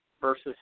versus